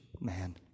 man